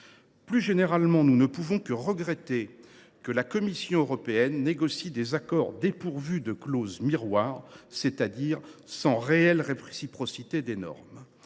Plus généralement, nous ne pouvons que regretter que la Commission européenne négocie des accords dépourvus de clauses miroirs, c’est à dire sans réelle réciprocité des normes.